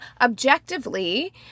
objectively